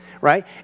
right